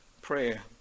prayer